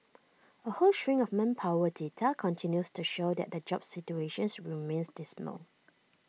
A whole string of manpower data continues to show that the jobs situation remains dismal